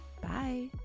Bye